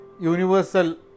Universal